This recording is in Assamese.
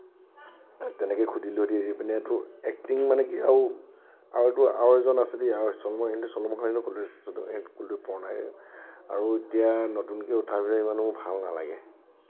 তেনেকে সুধিলোঁহেতিন এইপিনেটো এক্টিং মানে কি আৰু আৰু আৰুটো এজন আছে দেই আৰু এতিয়া নতুনকে উঠাৰ ভিতৰত ইমানো মোৰ ভাল নালাগে